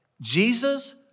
Jesus